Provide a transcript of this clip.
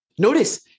Notice